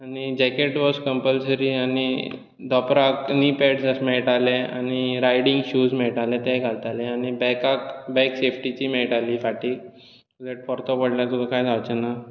आनी jacket was compulsory आनी धोंपराक आनी नी पॅड्स मेळटाले आनी रायडींग शूज मेळटाले ते घालताले आनी बॅकाक बॅक सेफ्टी जी मेळटाली फाटी म्हणल्यार परतो पडल्यार तुका काय जावचें ना